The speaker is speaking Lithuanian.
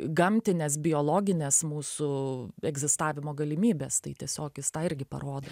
gamtinės biologinės mūsų egzistavimo galimybės tai tiesiog jis tą irgi parodo